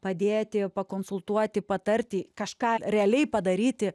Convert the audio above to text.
padėti pakonsultuoti patarti kažką realiai padaryti